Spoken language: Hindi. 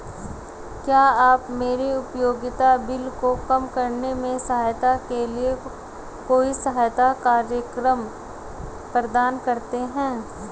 क्या आप मेरे उपयोगिता बिल को कम करने में सहायता के लिए कोई सहायता कार्यक्रम प्रदान करते हैं?